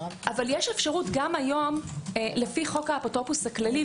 יש אפשרות היום לפי חוק האפוטרופוס הכללי,